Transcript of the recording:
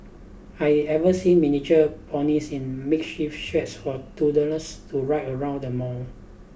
I've even seen miniature ponies in makeshift sheds for toddlers to ride around the mall